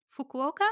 Fukuoka